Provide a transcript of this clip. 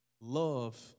Love